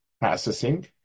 processing